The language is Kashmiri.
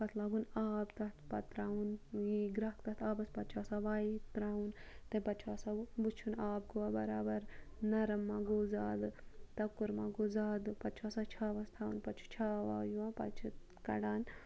پَتہٕ لاگُن آب تَتھ پَتہٕ تراوُن یی گریکھ تَتھ آبَس پَتہٕ چھُ آسان واے تراوُن تمہِ پَتہٕ چھُ آسان وٕچھُن آب گوٚوَ بَرابَر نَرٕم مہَ گوٚو زیادٕ تَکُر مہَ گوٚو زیادٕ پَتہٕ چھُ آسان چھاوَس تھاوُن پَتہٕ چھُ چھاو واو یِوان پَتہٕ چھِ کَڑان